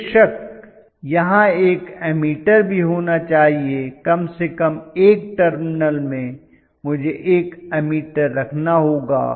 बेशक यहां एक एमीटर भी होना चाहिए कम से कम एक टर्मिनल में मुझे एक एमीटर रखना होगा